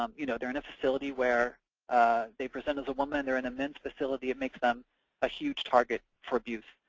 um you know they're in a facility where they present as a woman. they're in a men's facility. it makes them a huge target for abuse.